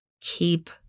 keep